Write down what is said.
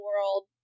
world